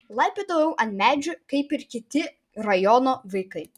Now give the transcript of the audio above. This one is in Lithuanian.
laipiodavau ant medžių kaip ir kiti rajono vaikai